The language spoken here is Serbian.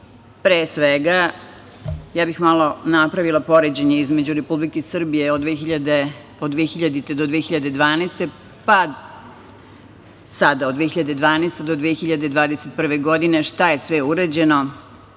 pre svega, ja bih malo napravila poređenje između Republike Srbije od 2000. do 2012. godine, pa sada, od 2012. do 2021. godine, šta je sve urađeno,